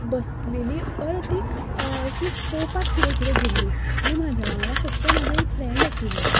बसलेली अर्दी अशीच पळोवपाक कितें कितें गेल्ली आनी म्हज्या वांगडा फक्त म्हजें एक फ्रेंड आशिल्लें